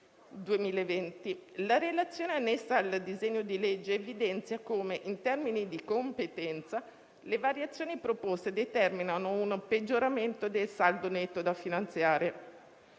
2020. La relazione annessa al disegno di legge evidenzia come, in termini di competenza, le variazioni proposte determinino un peggioramento del saldo netto da finanziare